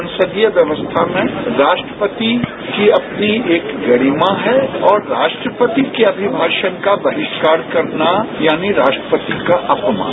संसदीय व्यवस्था में राष्ट्रपति की अपनी एक गरिमा है और राष्ट्रपति की अभिभाषण का बहिष्कार करना यानी राष्ट्रपति का अपमान